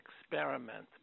experiment